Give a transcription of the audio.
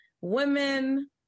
women